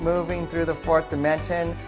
moving through the fourth dimension,